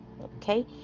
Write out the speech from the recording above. okay